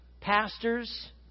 pastors